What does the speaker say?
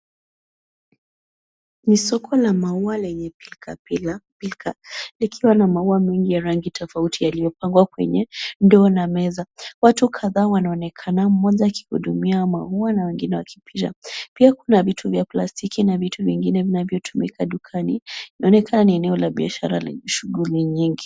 Ni soko la maua lenye pilkapilka. Likiwa na maua mengi ya rangi tofauti yaliyopangwa kwenye ndoo na meza. Watu kadhaa wanaonekana, mmoja akihudumia maua na wengine wakipita. Pia kuna vitu vya plastiki na vitu vingine vinavyotumika dukani. Inaonekana ni eneo la biashara lenye shughuli nyingi.